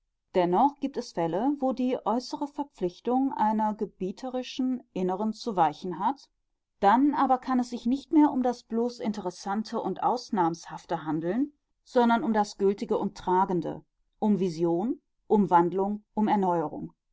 dennoch gibt es fälle wo die äußere verpflichtung einer gebieterischen inneren zu weichen hat dann aber kann es sich nicht mehr um das bloß interessante und ausnahmshafte handeln sondern um das gültige und tragende um vision um wandlung um erneuerung